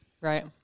Right